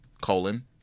colon